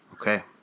Okay